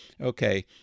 Okay